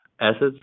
assets